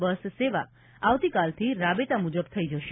બસ સેવા આવતીકાલથી રાબેતા મુજબ થઇ જશે